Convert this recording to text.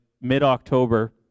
mid-October